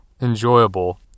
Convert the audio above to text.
enjoyable